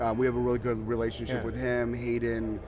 um we have a really good relationship with him, hayden,